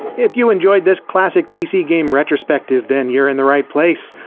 if you enjoyed this classic pc game retrospective then you're in the right place.